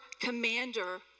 commander